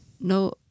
no